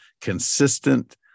consistent